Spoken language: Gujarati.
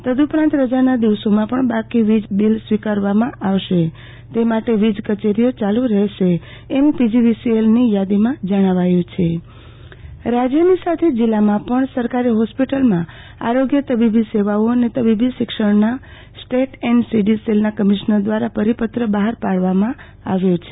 તદઉપરાંત રજાના દિવસોમાં પણ બાકી વીજ બીલ સ્વીકારવામાં આવશે માટે વીજ કચેરીઓ ચાલુ રહેશે એમ પીજીવીસીએલની યાદીમાં જણાવાયુ છે આરતીબેન ભદ્દ વ ધ્ધો માટે ઓપીડી સુ વિધા રાજયની સાથે જિલ્લામાં પણ સરકારી હોસ્પિટલમાં આરોગ્ય તબીબી સેવાઓ અને તબીબી શિક્ષણના સ્ટેટ એન સીડી સેલના કમિશ્નર દ્રારા પરિપત્ર બહાર પાડવામાં આવ્યો છે